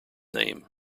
name